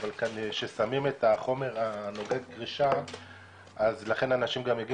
אבל כששמים את החומר הנוגד קרישה אז זה מוביל אנשים להגיע